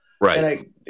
Right